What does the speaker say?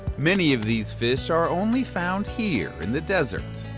many of these fish are only found here in the desert,